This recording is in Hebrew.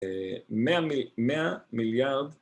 מאה, מאה מיליארד